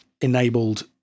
enabled